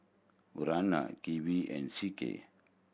Urana Kiwi and C K